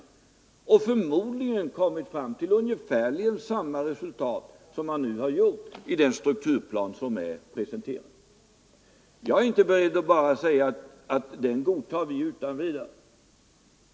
Förmodligen hade vi då också Om förstatligande kommit fram till ungefär samma resultat som man gjort nu i den pre — av Industri AB senterade strukturplanen. Euroc, m.m. Jag är inte böjd för att bara säga att vi godtar den planen utan vidare.